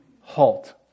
halt